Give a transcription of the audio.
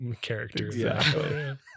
characters